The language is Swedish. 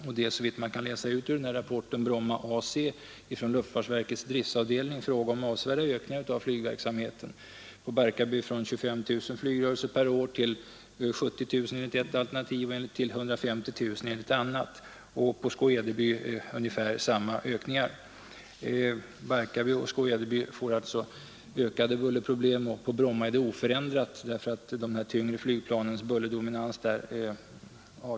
Det är, såvitt man kan utläsa ur rapporten Bromma A—C från luftfartsverkets driftavdelning, fråga om avsevärda ökningar av flygverksamheten; på Barkarby från 25 000 flygrörelser per år till 70 000 enligt ett alternativ men till 150 000 enligt ett annat och på Skå-Edeby rör det sig om ungefär samma ökningar. Barkarby och Skå-Edeby får alltså ökade bullerproblem och på Bromma blir de oförändrade på grund av de tyngre flygplanens bullerdominans där.